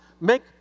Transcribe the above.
Make